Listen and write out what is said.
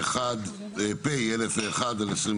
התשפ"ג 2022, פ/1001/25,